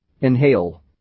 Inhale